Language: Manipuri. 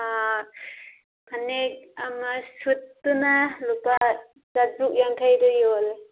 ꯐꯅꯦꯛ ꯑꯃ ꯁꯨꯠꯇꯨꯅ ꯂꯨꯄꯥ ꯆꯥꯇ꯭ꯔꯨꯛ ꯌꯥꯡꯈꯩꯗ ꯌꯣꯜꯂꯦ